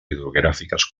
hidrogràfiques